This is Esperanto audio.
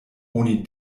oni